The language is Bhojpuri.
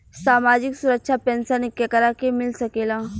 सामाजिक सुरक्षा पेंसन केकरा के मिल सकेला?